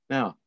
Now